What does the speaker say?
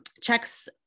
Checks